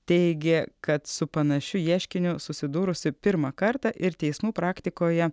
teigė kad su panašiu ieškiniu susidūrusi pirmą kartą ir teismų praktikoje